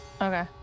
Okay